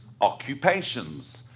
occupations